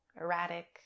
erratic